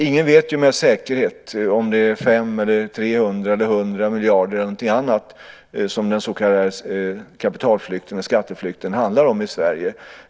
Ingen vet ju med säkerhet om det är 5, 300 eller 100 miljarder eller någonting annat som den så kallade kapitalflykten eller skatteflykten handlar om i Sverige.